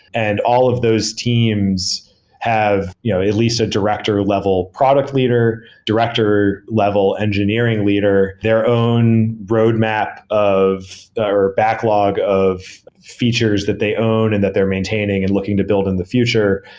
and all of those teams have you know at least a director level product leader, director level engineering leader. their own roadmap of our backlog of features that they own and that they're maintaining and looking to build in the future,